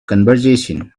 conversation